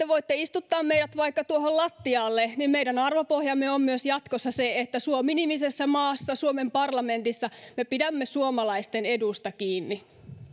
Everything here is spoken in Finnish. voitte istuttaa meidät vaikka tuohon lattialle mutta meidän arvopohjamme on myös jatkossa se että suomi nimisessä maassa suomen parlamentissa me pidämme suomalaisten edusta kiinni